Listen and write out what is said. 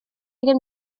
ddim